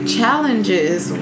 challenges